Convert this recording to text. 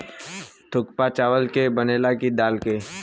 थुक्पा चावल के बनेला की दाल के?